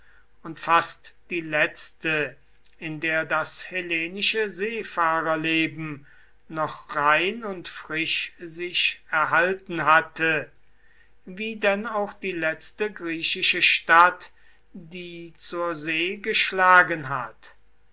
und fast die letzte in der das hellenische seefahrerleben noch rein und frisch sich erhalten hatte wie denn auch die letzte griechische stadt die zur see geschlagen hat